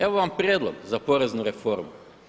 Evo vam prijedlog za poreznu reformu.